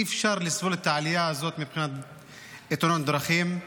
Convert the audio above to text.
אי-אפשר לסבול את העלייה הזאת מבחינת תאונות הדרכים.